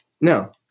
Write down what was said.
No